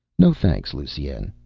no, thanks, lusine.